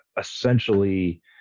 essentially